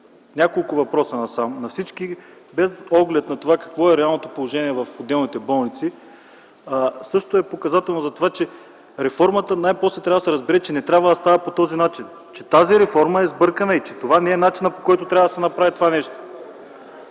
няколко въпроса насам, без оглед на това какво е реалното положение в отделните болници, също е показателно за това, че най-после трябва да се разбере, че реформата не трябва да става по този начин, че тази реформа е сбъркана и че това не е начинът, по който трябва да се направи това нещо.